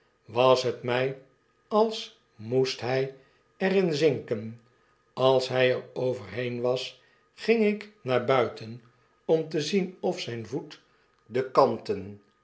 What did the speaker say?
was het mg als moest hij er in zinken als hg er overheen was ging ik naar buiten om te zien of zijn voet de kanten